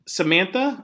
Samantha